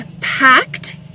packed